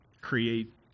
create